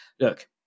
look